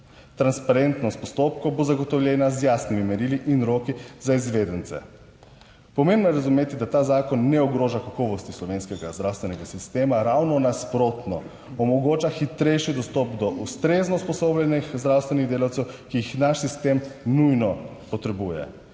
Transparentnost postopkov bo zagotovljena z jasnimi merili in roki za izvedence. Pomembno je razumeti, da ta zakon ne ogroža kakovosti slovenskega zdravstvenega sistema, ravno nasprotno, omogoča hitrejši dostop do ustrezno usposobljenih zdravstvenih delavcev, ki jih naš sistem nujno potrebuje.